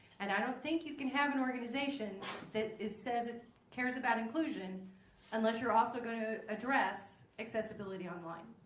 and i don't think you can have an organization that is says it cares about inclusion unless you're also going to address accessibility online.